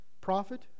Prophet